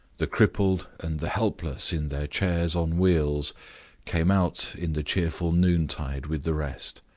the cripple and the helpless in their chairs on wheels came out in the cheerful noontide with the rest,